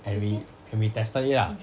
and we and we tested it ah